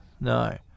No